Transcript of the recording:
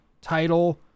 title